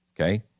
Okay